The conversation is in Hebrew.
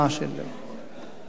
אדוני היושב-ראש, כנסת נכבדה,